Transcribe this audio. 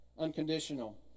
unconditional